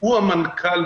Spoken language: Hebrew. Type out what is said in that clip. הוא המנכ"ל,